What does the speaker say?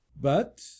But